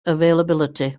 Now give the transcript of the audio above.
availability